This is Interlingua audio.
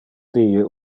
die